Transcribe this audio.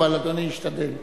אבל אדוני ישתדל.